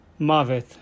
mavet